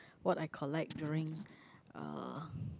what I collect during uh